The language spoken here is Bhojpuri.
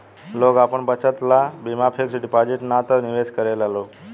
लोग आपन बचत ला बीमा फिक्स डिपाजिट ना त निवेश करेला लोग